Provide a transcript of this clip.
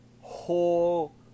Whole